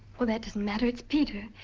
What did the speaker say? well that doesn't matter its peter,